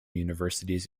universities